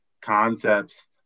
Concepts